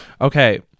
Okay